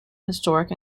historic